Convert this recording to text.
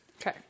Okay